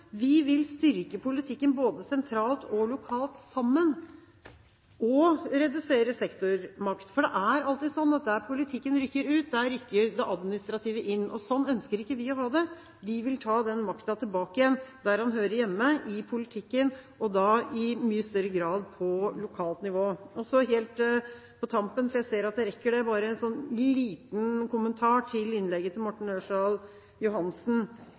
Vi vil styrke politikken både sentralt og lokalt og redusere sektormakt, for det er alltid sånn at der politikken rykker ut, rykker det administrative inn. Sånn ønsker ikke vi å ha det. Vi vil ta den makten tilbake igjen til der den hører hjemme, i politikken, og da i mye større grad på lokalt nivå. Så helt på tampen – for jeg ser at jeg rekker det – bare en liten kommentar til Morten Ørsal Johansen,